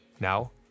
Now